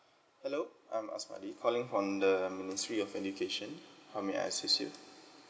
hello I'm aswati calling from the ministry of education how may I assist you